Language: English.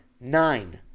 nine